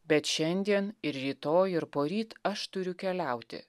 bet šiandien ir rytoj ir poryt aš turiu keliauti